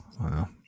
Wow